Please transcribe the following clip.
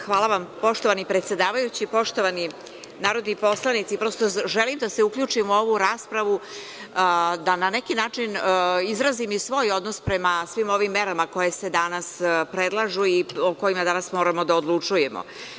Hvala vam, poštovani predsedavajući, poštovani narodni poslanici, prosto želim da se uključim u ovu raspravu da na neki način izrazim i svoj odnos prema svim ovim merama koje se danas predlažu i o kojima danas moramo da odlučujemo.